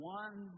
one